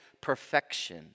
perfection